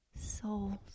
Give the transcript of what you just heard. souls